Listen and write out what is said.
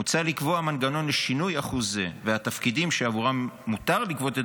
מוצע לקבוע מנגנון לשינוי אחוז זה והתפקידים שעבורם מותר לגבות את